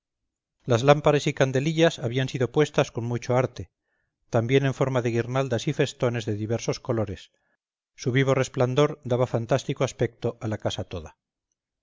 las lámparas y candelillas habían sido puestas con mucho arte también en forma de guirnaldas y festones de diversos colores su vivo resplandor daba fantástico aspecto a la casa toda